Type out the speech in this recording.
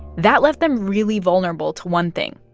that left them really vulnerable to one thing,